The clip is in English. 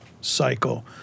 cycle